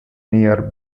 near